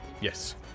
Yes